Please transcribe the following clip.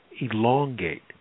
elongate